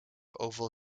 oval